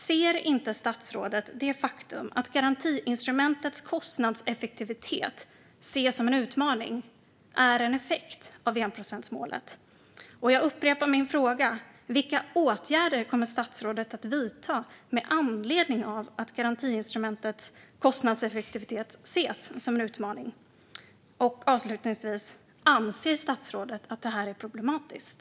Ser inte statsrådet att det faktum att garantiinstrumentets kostnadseffektivitet ses som en utmaning är en effekt av enprocentsmålet? Jag upprepar även min fråga: Vilka åtgärder kommer statsrådet att vidta med anledning av att garantiinstrumentets kostnadseffektivitet ses som en utmaning på Sida? Avslutningsvis undrar jag: Anser statsrådet att detta är problematiskt?